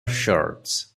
shirts